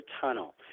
tunnel